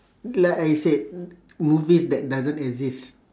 like I said movies that doesn't exist